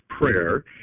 prayer